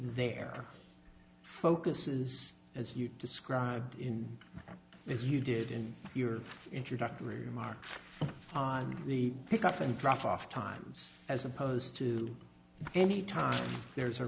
there focuses as you described in as you did in your introductory remarks on the pick up and drop off times as opposed to any time there is a